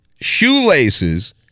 shoelaces